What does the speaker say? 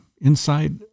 inside